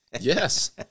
Yes